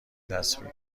تصویر